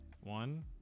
one